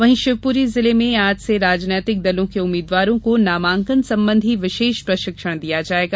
वहीं शिवपुरी जिले में आज से राजनीतिक दलों के उम्मीदवारों को नामांकन संबंधी विशेष प्रशिक्षण दिया जायेगा